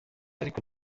ariko